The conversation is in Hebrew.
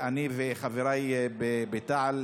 חבריי ואני בתע"ל,